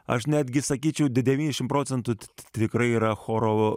aš netgi sakyčiau devyniasdešimt procentų tikrai yra choro